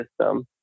system